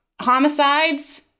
Homicides